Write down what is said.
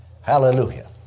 Hallelujah